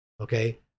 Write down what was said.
okay